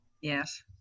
Yes